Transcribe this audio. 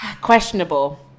questionable